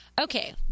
Okay